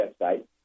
website